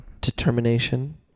determination